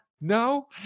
no